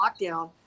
lockdown